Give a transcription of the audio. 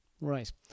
right